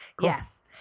Yes